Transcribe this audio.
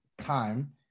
time